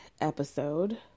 episode